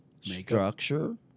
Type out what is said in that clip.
structure